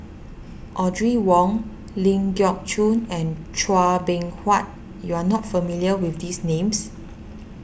Audrey Wong Ling Geok Choon and Chua Beng Huat you are not familiar with these names